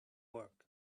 work